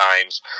times